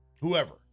whoever